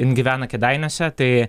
jin gyvena kėdainiuose tai